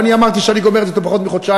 ואני אמרתי שאני גומר את זה בתוך פחות מחודשיים.